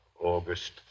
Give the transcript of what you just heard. August